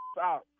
out